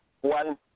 one